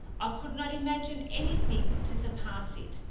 i could not imagine any thing to surpass it,